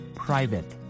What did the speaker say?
private